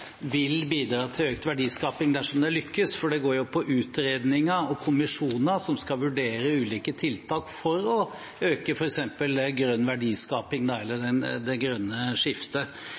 vil bidra til økt verdiskaping dersom man lykkes, for det går på utredninger og kommisjoner som skal vurdere ulike tiltak for å øke f.eks. grønn verdiskaping, eller det grønne skiftet.